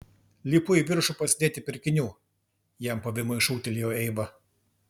lipu į viršų pasidėti pirkinių jam pavymui šūktelėjo eiva